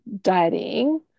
dieting